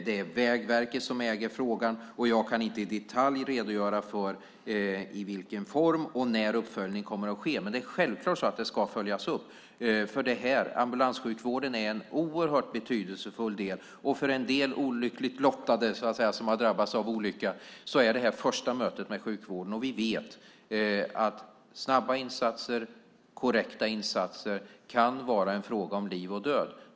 Det är Vägverket som äger frågan, och jag kan inte i detalj redogöra för i vilken form och när uppföljning kommer att ske. Men det är självklart så att det ska följas upp, för ambulanssjukvården är en oerhört betydelsefull del. För en del olyckligt lottade, som har drabbats av en olycka, är det här första mötet med sjukvården. Vi vet att snabba insatser och korrekta insatser kan vara en fråga om liv och död.